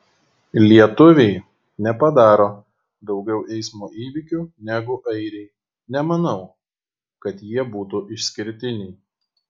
lietuviai nepadaro daugiau eismo įvykių negu airiai nemanau kad jie būtų išskirtiniai